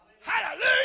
Hallelujah